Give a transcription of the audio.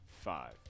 Five